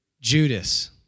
Judas